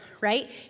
right